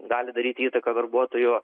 gali daryti įtaką darbuotojų